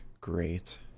great